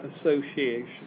Association